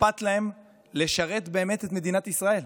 אכפת להם לשרת באמת את מדינת ישראל.